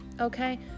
okay